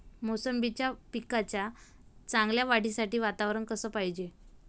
मोसंबीच्या पिकाच्या चांगल्या वाढीसाठी वातावरन कस पायजे?